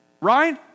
right